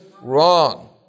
wrong